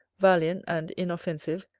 valiant and inoffensive,